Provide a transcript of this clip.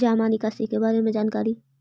जामा निकासी के बारे में जानकारी?